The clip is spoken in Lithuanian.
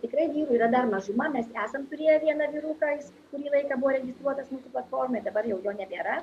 tikrai vyrų yra dar mažuma mes esam turėję vieną vyruką jis kurį laiką buvo registruotas mūsų platformoj dabar jau jo nebėra